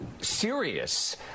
serious